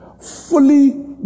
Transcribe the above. fully